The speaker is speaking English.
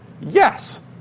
Yes